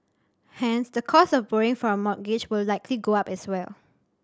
hence the cost of borrowing for a mortgage will likely go up as well